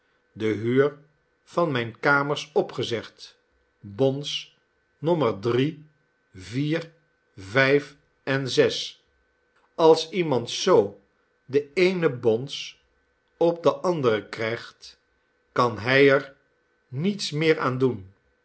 de huur van mijne kamers opgezegd bons nommer drie vier vijf en zes als iemand zoo den eenen bons op den anderen krijgt kan hij er niets meer aan doen